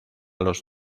los